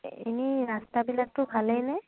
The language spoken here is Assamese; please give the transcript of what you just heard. এনেই ৰাস্তাবিলাকতো ভালেই নে